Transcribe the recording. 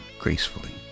gracefully